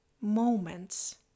moments